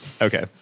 Okay